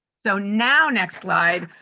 so, now, next slide.